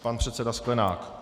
Pan předseda Sklenák.